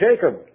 Jacob